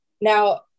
Now